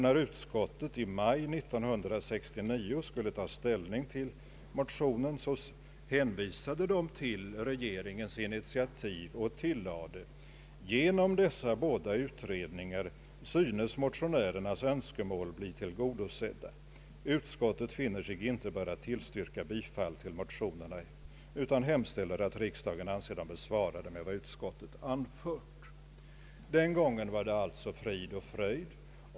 När utskottet i maj 1969 skulle ta ställning till motionerna hänvisade utskottet till regeringens initiativ och tillade: Genom dessa båda utredningar synes motionärernas önskemål bli tillgodosedda, Utskottet finner sig inte böra tillstyrka bifall till motionerna utan hemställer att riksdagen anser dem besvarade med vad utskottet anfört. Den gången var det alltså frid och fröjd.